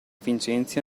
vincenzi